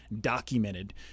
documented